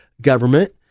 government